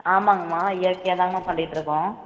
ஆமாங்க அம்மா இயற்கையாக தான்மா பண்ணிட்டுருக்கோம்